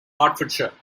hertfordshire